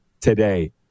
today